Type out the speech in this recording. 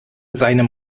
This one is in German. seinem